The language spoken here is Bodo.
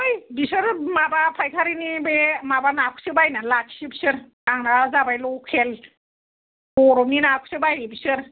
है बिसोरो माबा फायखारिनि बे माबा नाखौसो बायना लाखियो बिसोर आंना जाबाय लकेल बरफनि नाखौसो बाययो बिसोर